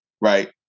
right